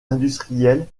industrielle